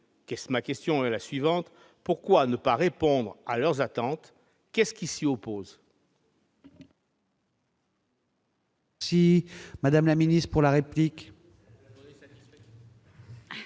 Ma question est la suivante : pourquoi ne pas répondre à leurs attentes ? Qu'est-ce qui s'y oppose ?